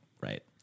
right